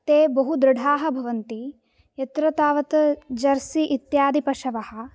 ते बहु दृढाः भवन्ति तत्र तावत् जर्सि इत्यादि पशवः